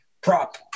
prop